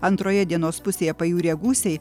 antroje dienos pusėje pajūryje gūsiai